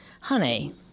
honey